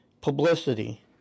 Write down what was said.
publicity